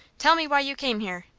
tell me why you came here?